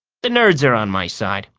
the nerds are on my side.